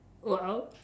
!wow!